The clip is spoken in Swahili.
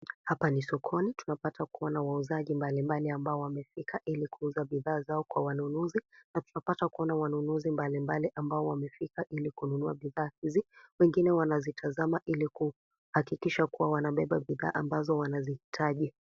Hapa ni sokoni tunapata kuona wauzaji mbalimbali ambao wamefika hili kuuza bidhaa zao kwa wanunuzi na tunapata kuona wanunuzi mbalimbali ambao wamefika hili kununua bidhaa hizi wengine wanazitazama hili kuhakikisha kuwa wamebeba bidhaa ambazo wanazihitaji.